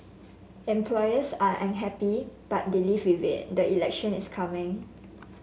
employers are unhappy but they live with it the election is coming